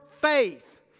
faith